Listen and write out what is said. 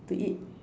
to eat